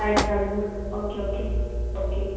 five thousand okay okay okay